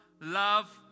love